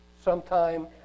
sometime